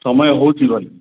ସମୟ ହେଉଛି ଗଲି